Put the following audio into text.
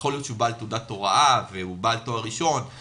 יכול להיות שהוא בעל תעודת הוראה והוא בעל תואר ראשון,